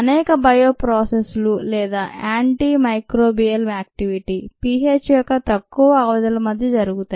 అనేక bioprocess లు లేదా యాంటీ మైక్రోబియల్ యాక్టివిటీ pH యొక్క తక్కువ అవధుల మధ్య జరుగుతాయి